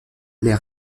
les